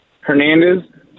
Hernandez